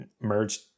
merged